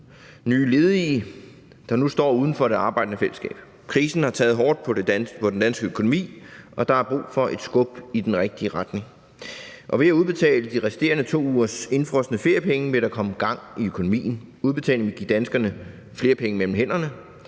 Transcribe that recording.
nye ledige, der nu står uden for det arbejdende fællesskab. Krisen har taget hårdt på den danske økonomi, og der er brug for et skub i den rigtige retning. Og ved at udbetale de resterende 2 ugers indefrosne feriepenge, vil der komme gang i økonomien. Udbetalingen vil give danskerne flere penge mellem hænderne.